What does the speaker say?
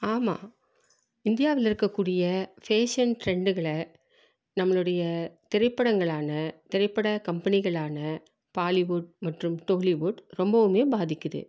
ஆமாம் இந்தியாவில் இருக்கக்கூடிய ஃபேஷன் ட்ரெண்டுகளை நம்மளுடைய திரைப்படங்களான திரைப்பட கம்பெனிகளான பாலிவுட் மற்றும் டோலிவுட் ரொம்பவும் பாதிக்குது